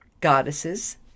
goddesses